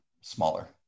smaller